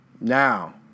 Now